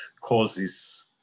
causes